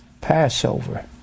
Passover